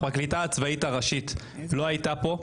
הפרקליטה הצבאית הראשית לא הייתה פה,